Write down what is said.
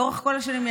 לאורך כל השנים,